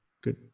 good